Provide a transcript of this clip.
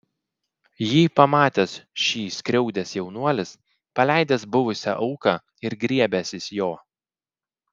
jį pamatęs šį skriaudęs jaunuolis paleidęs buvusią auką ir griebęsis jo